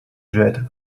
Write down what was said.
jet